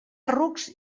rucs